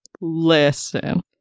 listen